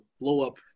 blow-up